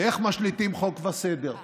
איך משליטים חוק וסדר?